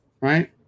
right